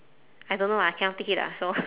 I don't know lah I cannot take it lah so